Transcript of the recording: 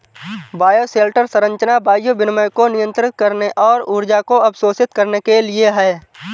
bioshelter संरचना वायु विनिमय को नियंत्रित करने और ऊर्जा को अवशोषित करने के लिए है